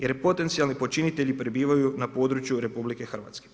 Jer potencijalni počinitelji pribivaju na području RH.